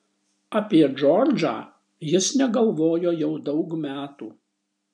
apie džordžą jis negalvojo jau daug metų